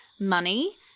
money